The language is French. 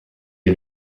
est